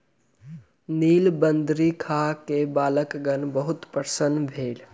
नीलबदरी खा के बालकगण बहुत प्रसन्न भेल